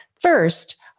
First